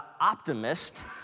optimist